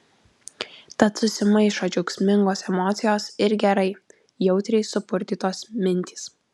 tad susimaišo džiaugsmingos emocijos ir gerai jautriai supurtytos mintys